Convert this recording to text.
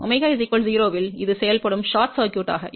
ɷ 0 இல் இது செயல்படும் குறைந்த மின்னழுத்தம்